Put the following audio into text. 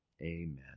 Amen